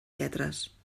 lletres